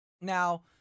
Now